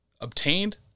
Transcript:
obtained